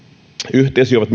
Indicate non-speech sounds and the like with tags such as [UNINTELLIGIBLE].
yhteisiä ovat [UNINTELLIGIBLE]